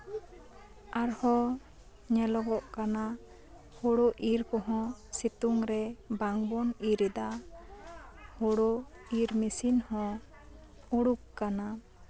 ᱟᱨᱦᱚᱸ ᱧᱮᱞᱚᱜᱚᱜ ᱠᱟᱱᱟ ᱦᱳᱲᱳ ᱤᱨ ᱠᱚᱦᱚᱸ ᱥᱤᱛᱩᱝ ᱨᱮ ᱵᱟᱝ ᱵᱚᱱ ᱤᱨ ᱮᱫᱟ ᱦᱳᱲᱳ ᱤᱨ ᱢᱮᱥᱤᱱ ᱦᱚᱸ ᱩᱰᱩᱠ ᱠᱟᱱᱟ